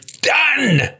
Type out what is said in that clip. done